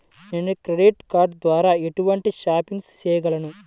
నేను credit card ద్వార ఎటువంటి షాపింగ్ చెయ్యగలను?